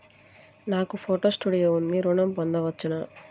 నాకు photo studio ఉంది ఋణం పొంద వచ్చునా?